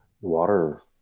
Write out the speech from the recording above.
Water